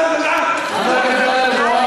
חבר הכנסת טלב אבו עראר,